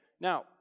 Now